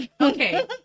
Okay